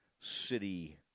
City